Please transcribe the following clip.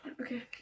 okay